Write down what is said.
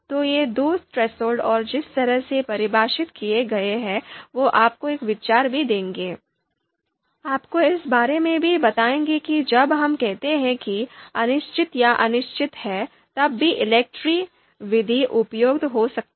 तो ये दो थ्रेसहोल्ड और जिस तरह से परिभाषित किए गए हैं वे आपको एक विचार भी देंगे आपको इस बारे में भी बताएंगे कि जब हम कहते हैं कि अनिश्चित या अनिश्चित है तब भी ELECTRE विधि उपयुक्त हो सकती है